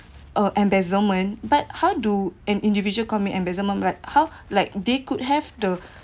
uh embezzlement but how do an individual commit an embezzlement right how like they could have the